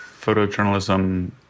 photojournalism